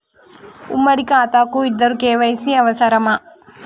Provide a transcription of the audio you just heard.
ఉమ్మడి ఖాతా కు ఇద్దరు కే.వై.సీ అవసరమా?